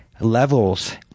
levels